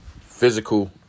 physical